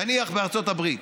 נניח בארצות הברית,